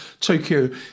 Tokyo